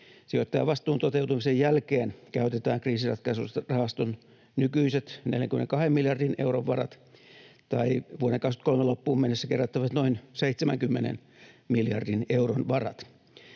Sijoittajavastuun toteutumisen jälkeen käytetään kriisinratkaisurahaston nykyiset 42 miljardin euron varat tai vuoden 23 loppuun mennessä kerättävät noin 70 miljardin euron varat.